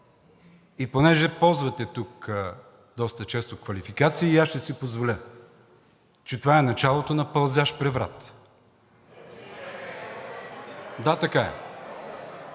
Понеже ползвате тук доста често квалификации и аз ще си позволя, че това е началото на пълзящ преврат. (Шум и